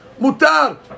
mutar